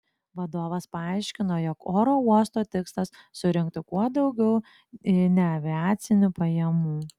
vadovas paaiškino jog oro uosto tikslas surinkti kuo daugiau neaviacinių pajamų